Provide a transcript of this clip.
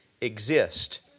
exist